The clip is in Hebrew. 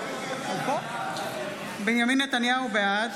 בושה, בושה.